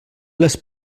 les